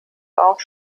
auch